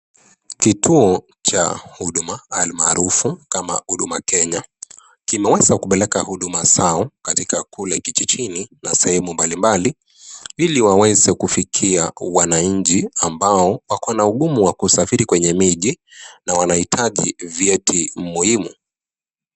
Kituo cha huduma, almaarufu kama Huduma Kenya, kimeweza kupeleka huduma zao katika kule kijijini na sehemu mbalimbali ili waweze kufikia wanachi ambao wako na ugumu wa kusafiri kwenye miji na wanahitaji vyeti muhimu.